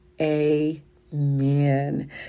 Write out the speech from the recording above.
amen